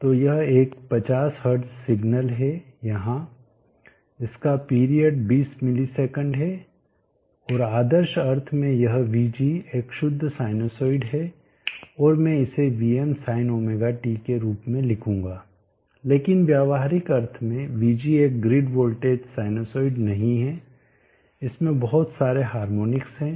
तो यह एक 50 हर्ट्ज सिग्नल है यहां इसका पीरियड 20 ms है और आदर्श अर्थ में यह vg एक शुद्ध साइनसॉइड है और मैं इसे Vmsinωt के रूप में लिखूंगा लेकिन व्यावहारिक अर्थ मेंvg ग्रिड वोल्टेज साइनसॉइड नहीं है इसमें बहुत सारे हार्मोनिक्सहैं